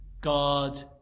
God